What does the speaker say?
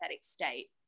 state